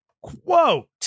Quote